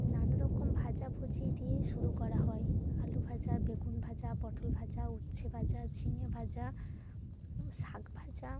নানা রকম ভাজাভুজি দিয়ে শুরু করা হয় আলু ভাজা বেগুন ভাজা পটল ভাজা উচ্ছে ভাজা ঝিঙে ভাজা শাক ভাজা